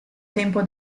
tempo